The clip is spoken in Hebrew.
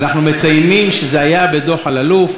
אנחנו מציינים שזה היה בדוח אלאלוף